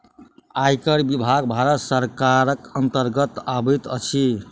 आयकर विभाग भारत सरकारक अन्तर्गत अबैत अछि